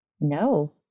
no